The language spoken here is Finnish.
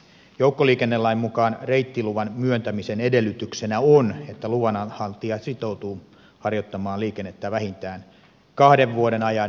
joukkoliikennelain mukaan reittiluvan myöntämisen edellytyksenä on että luvanhaltija sitoutuu harjoittamaan liikennettä vähintään kahden vuoden ajan